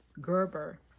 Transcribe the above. Gerber